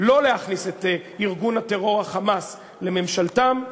לא להכניס את ארגון הטרור "חמאס" לממשלתם,